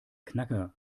knacker